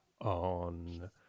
on